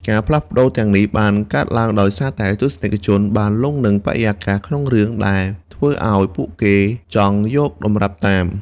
ការផ្លាស់ប្តូរទាំងនេះបានកើតឡើងដោយសារតែទស្សនិកជនបានលង់នឹងបរិយាកាសក្នុងរឿងដែលធ្វើឲ្យពួកគេចង់យកតម្រាប់តាម។